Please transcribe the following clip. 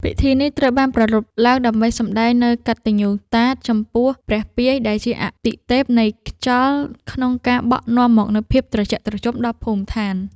ពិធីនេះត្រូវបានប្រារព្ធឡើងដើម្បីសម្ដែងនូវកតញ្ញូតាចំពោះព្រះពាយ ដែលជាអាទិទេពនៃខ្យល់ ក្នុងការបក់នាំមកនូវភាពត្រជាក់ត្រជុំដល់ភូមិឋាន។